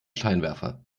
scheinwerfer